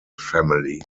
family